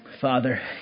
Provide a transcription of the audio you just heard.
Father